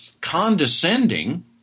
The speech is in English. condescending